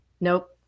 nope